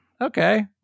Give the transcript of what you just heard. okay